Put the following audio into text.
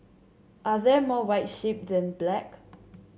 are there more white sheep than black